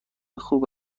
خوب